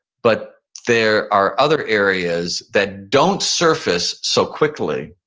but there are other areas that don't surface so quickly.